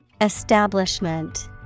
Establishment